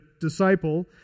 disciple